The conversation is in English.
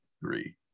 three